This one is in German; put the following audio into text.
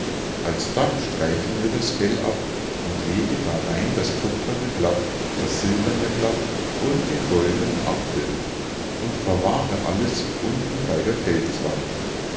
alsdann streife mir das fell ab und lege darein das kupferne blatt das silberne blatt und den goldnen apfel und verwahre alles unten bei der felswand